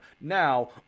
Now